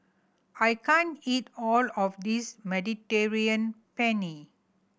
I can't eat all of this Mediterranean Penne